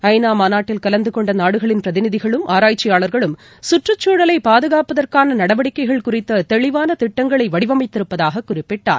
ஐநாமாநாட்டில் கலந்துகொண்டநாடுகளின் பிரதிநிதிகளும் ஆராய்ச்சியாளர்களும் சுற்றுச்சூழலைபாதுகாப்பதற்கானநடவடிக்கைகள் குறித்ததெளிவானதிட்டங்களைவடிவமைத்திருப்பதாககுறிப்பிட்டார்